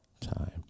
time